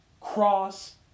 cross